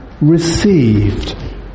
Received